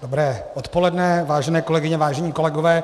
Dobré odpoledne, vážené kolegyně, vážení kolegové.